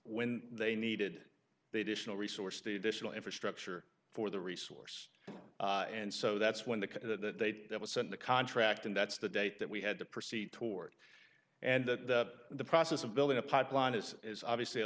when they needed they dish and resource the additional infrastructure for the resource and so that's when the that was sent the contract and that's the date that we had to proceed toward and that the process of building a pipeline is obviously a